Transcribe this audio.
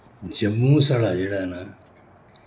जम्मू साढ़ा जेह्ड़ा ऐ ना